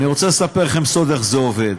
אני רוצה לספר לכם סוד, איך זה עובד.